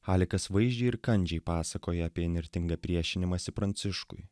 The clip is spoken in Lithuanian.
halikas vaizdžiai ir kandžiai pasakoja apie įnirtingą priešinimąsi pranciškui